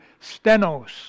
stenos